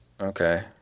Okay